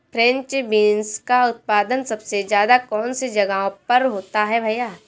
French beans का उत्पादन सबसे ज़्यादा कौन से जगहों पर होता है भैया?